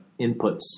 inputs